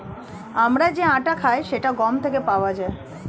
আমরা যে আটা খাই সেটা গম থেকে পাওয়া যায়